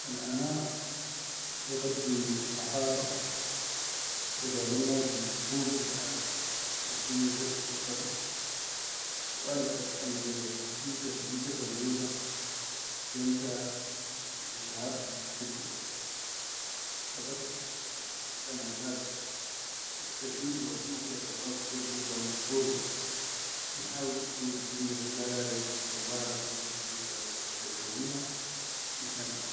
Kan ana bagaddim sahafa wa gabal nadum mash-hur fil alam da addinya chat tiʼerfa da, assuʼal albasaʼala le da huba, inta shunu ke sawweta yanta anshahar annas chat biʼerfuk, wa basʼalassuaʼal finshan annas istafeedu wa humma kula kan wahid bidor bilga mash-hur da ihawl isawwil khidimealhu gala lai hu sawwaha dugo liga mash-hur da hu kula isawwihaa